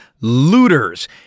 Looters